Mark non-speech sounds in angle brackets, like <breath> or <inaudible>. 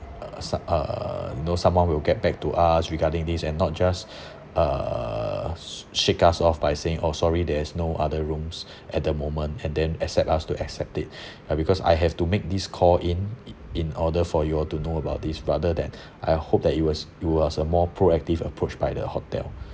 uh so~ uh know someone will get back to us regarding this and not just <breath> uh shake us off by saying oh sorry there's no other rooms <breath> at the moment and then accept us to accept it <breath> uh because I have to make this call in in order for you all to know about this rather than <breath> I hope that it was it was a more proactive approach by the hotel